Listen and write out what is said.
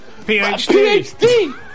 PHD